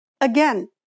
Again